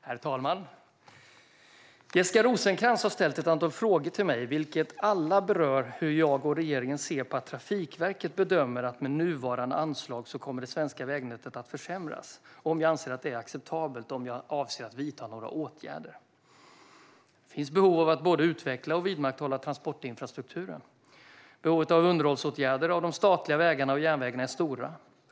Herr talman! Jessica Rosencrantz har ställt ett antal frågor till mig vilka alla berör hur jag och regeringen ser på att Trafikverket bedömer att med nuvarande anslag kommer det svenska vägnätet att försämras, om jag anser att det är acceptabelt och om jag avser att vidta några åtgärder. Det finns behov av att både utveckla och vidmakthålla transportinfrastrukturen. Behoven av underhållsåtgärder av de statliga vägarna och järnvägarna är stora.